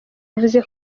yavuze